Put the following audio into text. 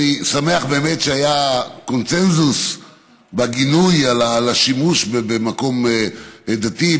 אני שמח שהיה קונסנזוס בגינוי השימוש במקום דתי,